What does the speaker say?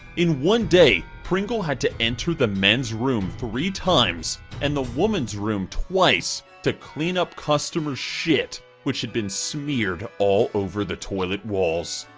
in one day, pringle had to enter the men's room three times and the women's room twice to clean up customers' shit which had been smeared all over the toilet walls.